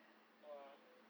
!whoa!